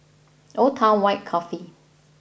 Old Town White Coffee